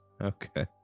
Okay